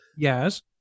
Yes